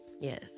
Yes